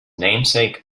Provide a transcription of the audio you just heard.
namesake